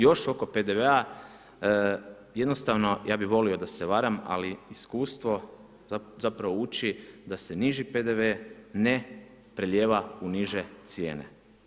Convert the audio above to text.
Još oko PDV-a, jednostavno ja bih volio da se varam, ali iskustvo zapravo uči da se niži PDV ne prelijeva u niže cijene.